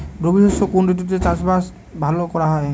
রবি শস্য কোন ঋতুতে চাষাবাদ করা হয়?